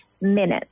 minutes